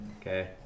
Okay